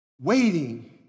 waiting